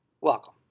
Welcome